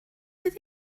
oedd